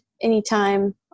anytime